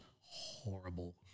horrible